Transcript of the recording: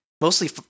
mostly